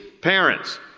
parents